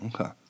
okay